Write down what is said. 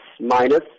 minus